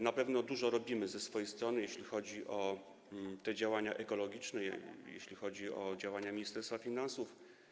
Na pewno dużo robimy ze swojej strony, jeśli chodzi o te działania ekologiczne, jeśli chodzi o działania Ministerstwa Finansów.